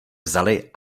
vzali